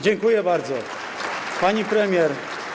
Dziękuję bardzo, pani premier.